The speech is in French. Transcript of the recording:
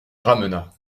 ramena